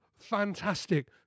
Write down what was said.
fantastic